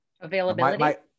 availability